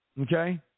Okay